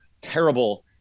terrible